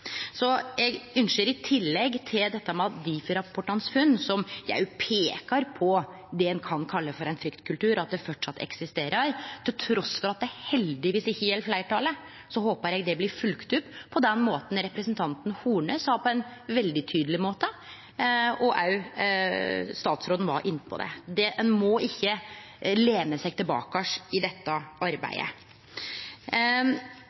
kan kalle ein fryktkultur, framleis eksisterer. Trass i at det heldigvis ikkje gjeld fleirtalet, håpar eg det blir følgt opp på den måten representanten Horne sa på ein veldig tydeleg måte – og statsråden var òg inne på det. Ein må ikkje lene seg tilbake i dette